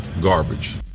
garbage